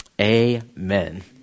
Amen